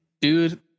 dude